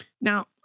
Now